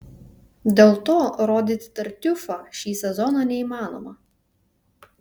dėl to rodyti tartiufą šį sezoną neįmanoma